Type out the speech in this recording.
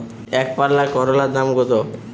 একপাল্লা করলার দাম কত?